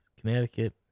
Connecticut